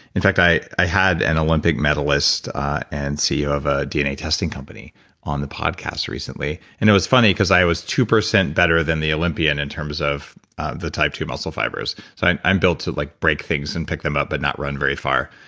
in fact, i i had an olympic medalist and ceo of a dna testing company on the podcast recently and it was funny, cause i was two percent better than the olympian in terms of the type ii muscle fibers so i'm built to like break things and pick them up but not run very far.